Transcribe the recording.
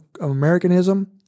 Americanism